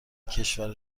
کشور